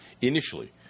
initially